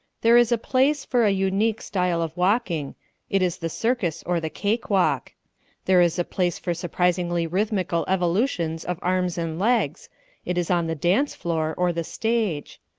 there is a place for a unique style of walking it is the circus or the cake-walk there is a place for surprisingly rhythmical evolutions of arms and legs it is on the dance floor or the stage.